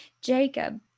Jacob